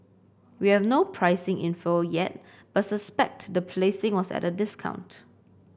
we have no pricing info yet but suspect the placing was at a discount